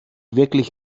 wirklich